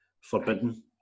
forbidden